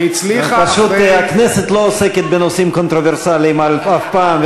פשוט הכנסת לא עוסקת בנושאים קונטרוברסליים אף פעם,